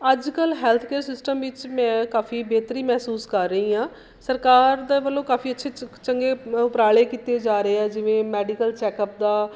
ਅੱਜ ਕੱਲ health care system ਵਿੱਚ ਮੈਂ ਕਾਫੀ ਬੇਹਤਰੀ ਮਹਿਸੂਸ ਕਰ ਰਹੀ ਹਾਂ ਸਰਕਾਰ ਦੇ ਵੱਲੋਂ ਕਾਫੀ ਅੱਛੇ ਛੇ ਚੰਗੇ ਉਪਰਾਲੇ ਕੀਤੇ ਜਾ ਰਹੇ ਆ ਜਿਵੇਂ ਮੈਡੀਕਲ ਚੈੱਕਅਪ ਦਾ